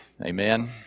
Amen